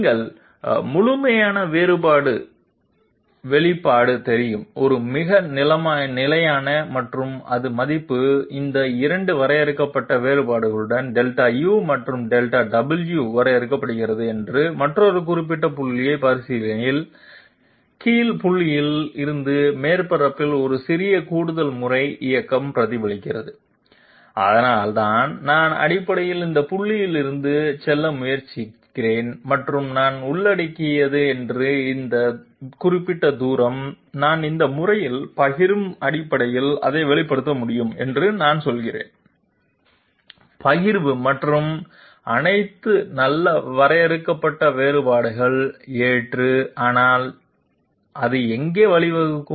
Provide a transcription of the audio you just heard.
நீங்கள் முழுமையான வேறுபாடு வெளிப்பாடு தெரியும் ஒரு மிக நிலையான மற்றும் அது மதிப்பு இந்த 2 வரையறுக்கப்பட்ட வேறுபாடுகள் டெல்டா யு மற்றும் டெல்டா டபிள்யூ வரையறுக்கப்படுகிறது என்று மற்றொரு குறிப்பிட்ட புள்ளி பரிசீலனையில் கீழ் புள்ளியில் இருந்து மேற்பரப்பில் ஒரு சிறிய கூடுதல்முறை இயக்கம் பிரதிபலிக்கிறது அதனால் நான் அடிப்படையில் இந்த புள்ளியில் இருந்து செல்ல முயற்சி மற்றும் நான் உள்ளடக்கிய என்று இந்த குறிப்பிட்ட தூரம் நான் இந்த முறையில் பகிர்வு அடிப்படையில் அதை வெளிப்படுத்த முடியும் என்று நான் சொல்கிறேன் பகிர்வு மற்றும் அனைத்து நல்ல வரையறுக்கப்பட்ட வேறுபாடுகள் ஏற்று ஆனால் அது எங்கே வழிவகுக்கும்